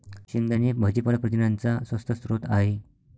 शेंगदाणे हे भाजीपाला प्रथिनांचा स्वस्त स्रोत आहे